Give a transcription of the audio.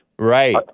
Right